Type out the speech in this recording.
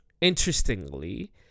interestingly